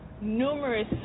numerous